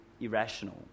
irrational